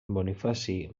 bonifaci